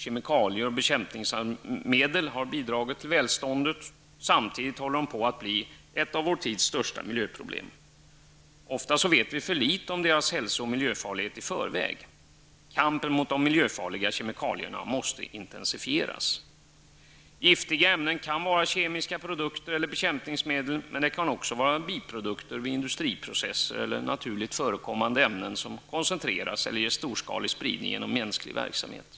Kemikalier och bekämpningsmedel har bidragit till välståndet. Samtidigt håller de på att bli ett av vår tids stora miljöproblem. Ofta vet vi för litet om deras hälso och miljöfarlighet i förväg. Kampen mot de miljöfarliga kemikalierna måste intensifieras. Giftiga ämnen kan vara kemiska produkter eller bekämpningsmedel, men de kan också vara biprodukter vid industriprocesser eller naturligt förekommande ämnen som koncentreras eller ges storskalig spridning genom mänsklig verksamhet.